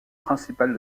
principales